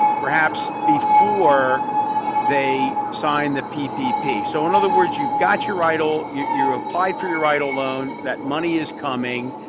perhaps before they sign the ppp. so in other words, you've got your eidl. you're applied for your eidl loan. that money is coming.